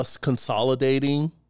consolidating